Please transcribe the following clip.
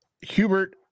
Hubert